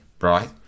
right